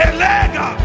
Elega